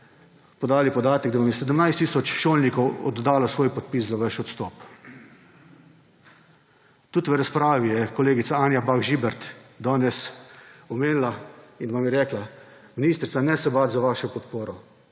podali podatek, da je 17 tisoč šolnikov oddalo svoj podpis za vaš odstop. Tudi v razpravi je kolegica Anja Bah Žibert danes omenila in vam je rekla: Ministrica, ne se bati za vašo podporo.